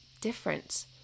different